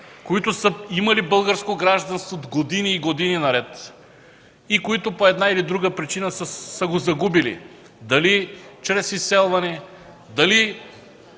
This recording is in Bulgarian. които са имали българско гражданство години, години наред и по една или друга причина са го загубили – дали чрез изселване, дали